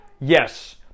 Yes